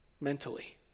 mentally